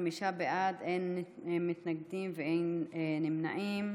ובכן: חמישה בעד, אין מתנגדים ואין נמנעים.